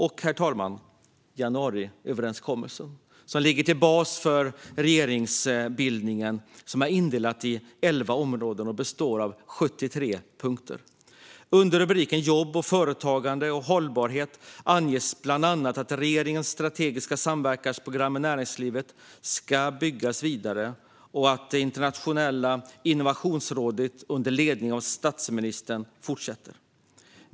Och, herr talman, januariöverenskommelsen som ligger till bas för regeringsbildningen är indelad i elva områden och består av 73 punkter. Under rubriken jobb, företagande och hållbarhet anges bland annat att regeringens strategiska samverkansprogram med näringslivet ska byggas vidare och att det nationella innovationsrådet under ledning av statsministern fortsätter.